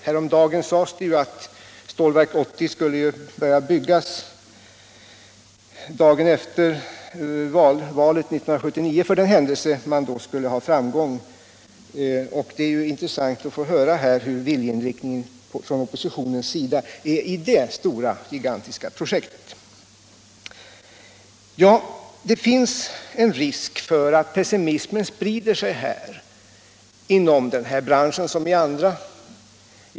Häromdagen sades det ju att Stålverk 80 skulle börja byggas dagen efter valet 1979 för den händelse att socialdemokraterna skulle ha framgång då. Nu vore det intressant att höra hur viljeinriktningen från oppositionens sida är beträffande det gigantiska projektet. Det finns risk för att pessimismen sprider sig inom den här branschen liksom inom andra.